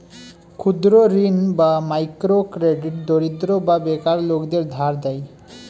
ক্ষুদ্র ঋণ বা মাইক্রো ক্রেডিট দরিদ্র বা বেকার লোকদের ধার দেয়